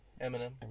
Eminem